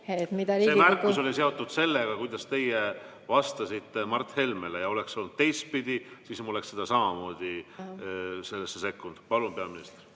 See märkus oli seotud sellega, kuidas teie vastasite Mart Helmele. Kui oleks olnud teistpidi, siis ma oleks samamoodi sellesse sekkunud. Palun, peaminister!